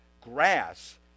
grass